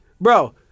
Bro